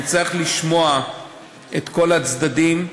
אני אצטרך לשמוע את כל הצדדים,